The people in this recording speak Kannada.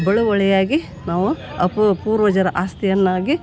ಬಳುವಳಿಯಾಗಿ ನಾವು ಪೂರ್ವಜರ ಆಸ್ತಿಯನ್ನಾಗಿ